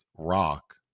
rock